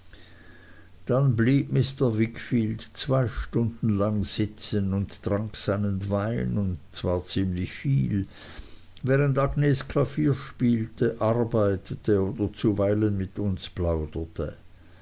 dann blieb mr wickfield zwei stunden lang sitzen und trank seinen wein und zwar ziemlich viel während agnes klavier spielte arbeitete oder zuweilen mit uns plauderte